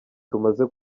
tumaze